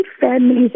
families